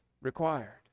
required